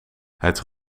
het